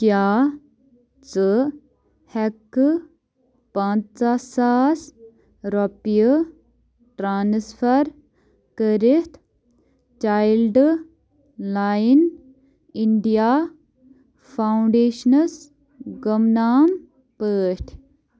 کیٛاہ ژٕ ہٮ۪کہٕ پنٛژاہ ساس رۄپیہِ ٹرٛانٕسفَر کٔرِتھ چایلڈ لاین اِنڈیا فاوُنٛڈیشنَس گُمنام پٲٹھۍ